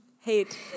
hate